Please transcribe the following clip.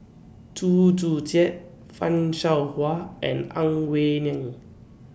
Chew Joo Chiat fan Shao Hua and Ang Wei Neng